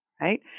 Right